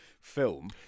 film